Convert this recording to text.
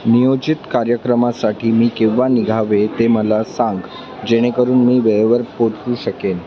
नियोजित कार्यक्रमासाठी मी केव्हा निघावे ते मला सांग जेणेकरून मी वेळेवर पोहचू शकेन